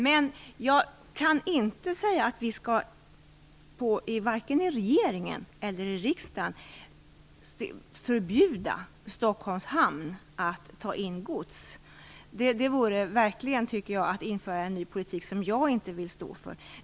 Men vi kan varken i regeringen eller i riksdagen förbjuda Stockholms hamn att ta in gods. Det vore verkligen att införa en ny politik som jag inte vill stå för.